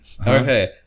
Okay